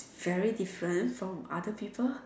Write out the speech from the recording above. very different from other people